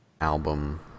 album